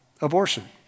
abortion